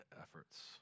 efforts